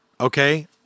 Okay